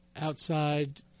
outside